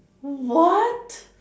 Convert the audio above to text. what